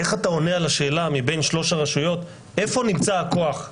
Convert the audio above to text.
איך אתה עונה על השאלה: מבין שלוש הרשויות איפה נמצא הכוח?